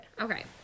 Okay